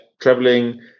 traveling